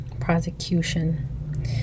prosecution